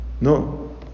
No